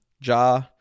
Ja